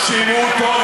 שמעו טוב,